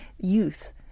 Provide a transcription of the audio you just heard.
youth